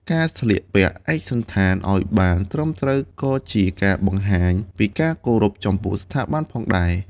ការស្លៀកពាក់ឯកសណ្ឋាន ឲ្យបានត្រឹមត្រូវ ក៏ជាការបង្ហាញពីការគោរពចំពោះស្ថាប័នផងដែរ។